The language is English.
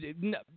no